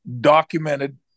documented